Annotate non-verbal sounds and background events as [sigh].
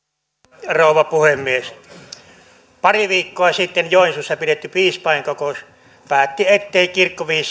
arvoisa rouva puhemies pari viikkoa sitten joensuussa pidetty piispainkokous päätti ettei kirkko vihi [unintelligible]